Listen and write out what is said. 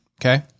okay